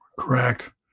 Correct